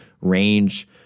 range